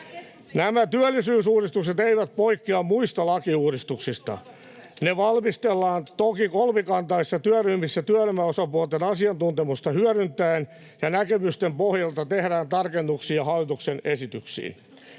Nämä työllisyysuudistukset eivät poikkea muista lakiuudistuksista. Ne valmistellaan toki kolmikantaisissa työryhmissä työelämäosapuolten asiantuntemusta hyödyntäen, ja näkemysten pohjalta tehdään tarkennuksia hallituksen esityksiin.